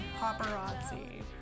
Paparazzi